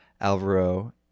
Alvaro